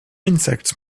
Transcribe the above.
insects